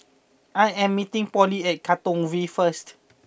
I am meeting Polly at Katong V first